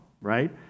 right